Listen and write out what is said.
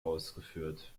ausgeführt